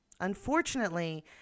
Unfortunately